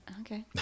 Okay